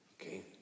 Okay